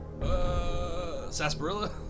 Sarsaparilla